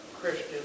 Christian